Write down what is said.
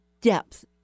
depth